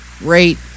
rate